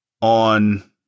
On